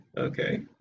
Okay